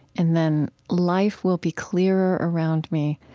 and then, life will be clearer around me.